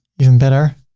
even better,